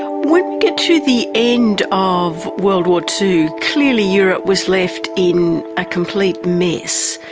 ah we get to the end of world war two, clearly europe was left in a complete mess.